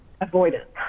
avoidance